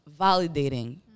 validating